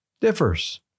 differs